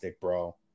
bro